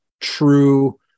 true